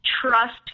trust